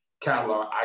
catalog